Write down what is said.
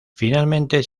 finalmente